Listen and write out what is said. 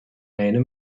einer